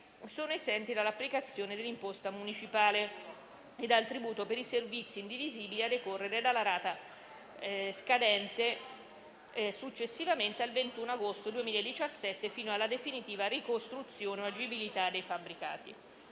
sono esenti dall'applicazione dell'imposta municipale e dal tributo per i servizi indivisibili a decorrere dalla rata scadente successivamente al 21 agosto 2017 fino alla definitiva ricostruzione o agibilità dei fabbricati.